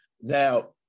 Now